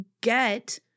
get